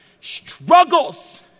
struggles